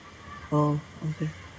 oh okay